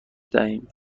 دهیم